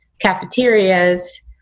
cafeterias